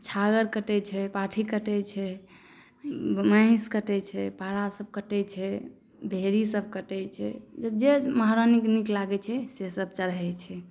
छागड़ कटै छै पाठी कटै छै महिष कटै छै पारासभ कटै छै भेड़ीसभ कटै छै जे महारानीके नीक लागै छै से सभ चढ़ै छै